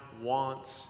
wants